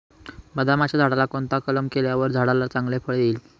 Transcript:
बदामाच्या झाडाला कोणता कलम केल्यावर झाडाला चांगले फळ येईल?